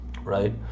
right